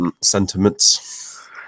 sentiments